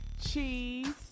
Cheese